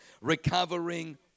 Recovering